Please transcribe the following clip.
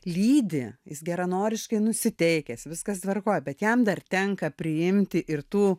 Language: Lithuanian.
lydi jis geranoriškai nusiteikęs viskas tvarkoj bet jam dar tenka priimti ir tų